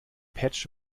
patch